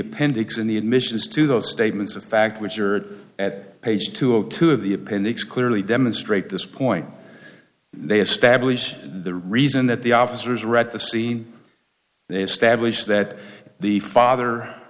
appendix in the admissions to those statements of fact which are at page two of two of the appendix clearly demonstrate this point they establish the reason that the officers read the scene they stablished that the father